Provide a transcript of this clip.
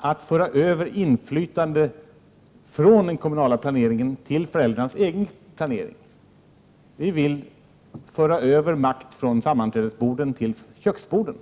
att inflytandet förs över från den kommunala planeringen till föräldrarnas egen planering. Vi vill föra över makten från sammanträdesborden till köksborden.